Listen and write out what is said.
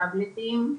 טאבלטים,